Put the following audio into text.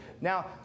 Now